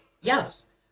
Yes